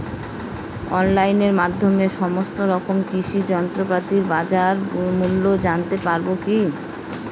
অনলাইনের মাধ্যমে সমস্ত রকম কৃষি যন্ত্রপাতির বাজার মূল্য জানতে পারবো কি?